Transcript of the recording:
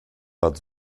bad